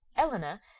elinor,